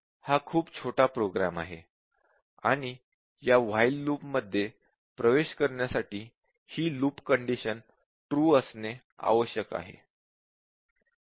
हा खूप छोटा प्रोग्राम आहे आणि या while लूप मध्ये प्रवेश करण्यासाठी हि लूप कंडिशन ट्रू असणे आवश्यक आहे